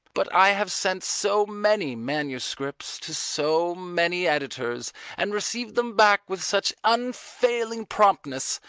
but i have sent so many manuscripts to so many editors and received them back with such unfailing promptness,